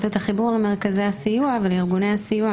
את החיבור למרכזי הסיוע ולארגוני הסיוע,